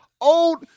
old